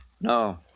No